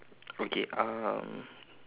okay um